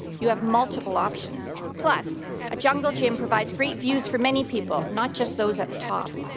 you have multiple options. plus a jungle gym provides great views for many people, not just those at the top.